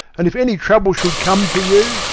and if any trouble should come to you,